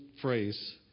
phrase